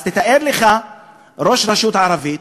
אז תתאר לך ראש רשות ערבית,